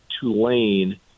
Tulane